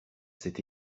cet